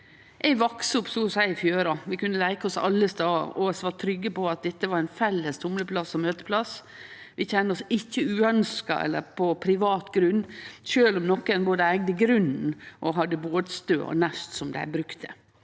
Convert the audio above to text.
Eg vaks opp så å seie i fjøra. Vi kunne leike alle stader, og vi var trygge på at dette var ein felles tumleplass og møteplass. Vi kjende oss ikkje uønskte eller på «privat grunn», sjølv om nokon både eigde grunnen og hadde båtstø og naust som dei brukte.